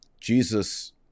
Jesus